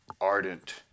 ardent